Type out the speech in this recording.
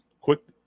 quick